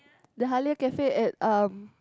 the Halia-Cafe at um